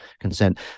consent